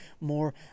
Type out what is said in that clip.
more